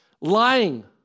Lying